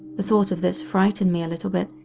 the thought of this frightened me a little bit,